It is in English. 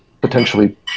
potentially